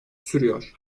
sürüyor